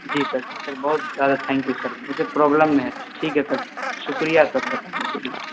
جی sir جی sir بہت زیادہ تھینک یو سر جی سر پروبلم میں ہیں ٹھیک ہے سر شکریہ سر بتانے کے لیے